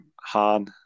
Han